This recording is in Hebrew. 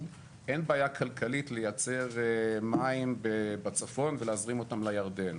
אין בעיה כלכלית לייצר מים בצפון ולהזרים אותם לירדן.